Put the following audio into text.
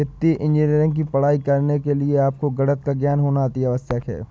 वित्तीय इंजीनियरिंग की पढ़ाई करने के लिए आपको गणित का ज्ञान होना अति आवश्यक है